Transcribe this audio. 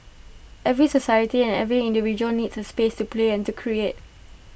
every society and every individual needs A space to play and to create